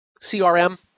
CRM